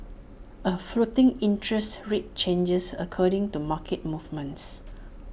A floating interest rate changes according to market movements